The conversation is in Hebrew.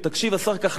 תקשיב השר כחלון,